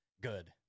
good